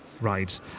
Right